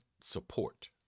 support